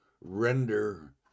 render